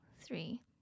three